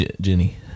jenny